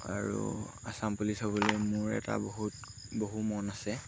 আৰু আচাম পুলিচ হ'বলৈ মোৰ এটা বহুত বহু মন আছে